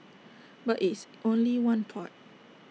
but it's only one part